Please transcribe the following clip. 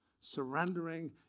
Surrendering